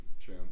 true